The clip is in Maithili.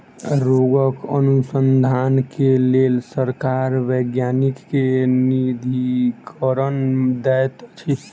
रोगक अनुसन्धान के लेल सरकार वैज्ञानिक के निधिकरण दैत अछि